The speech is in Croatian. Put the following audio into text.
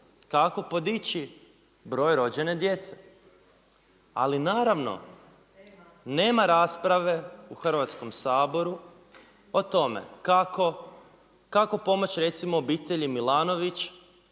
kako podići broj rođene djece, ali naravno, nema rasprave u Hrvatskom saboru o tome kako pomoći recimo obitelji Milanović